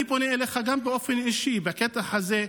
אני פונה אליך גם באופן אישי בקטע הזה,